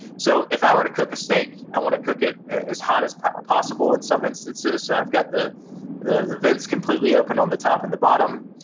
so if i were to cook a stake, i wanna cook it as hot as possible in some instances, so i've got the the vents completely open on the top and the bottom.